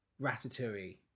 Ratatouille